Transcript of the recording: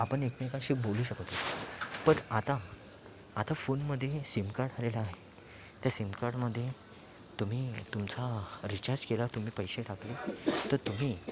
आपण एकमेकांशी बोलू शकत होतो पण आता आता फोनमध्ये सिमकार्ड आलेलं आहे त्या सिमकार्डमध्ये तुम्ही तुमचा रिचार्ज केला तुम्ही पैसे टाकले तर तुम्ही